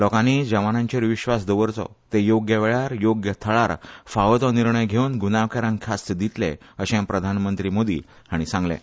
लोकांनी जवानांचेर विश्वास दवरचो ते योग्य वेळार योग्य थळार फावो तो निर्णय घेवन गुन्यांवकारांक ख्यास्त दितले अशें प्रधानमंत्री मोदी हांणी सांगलें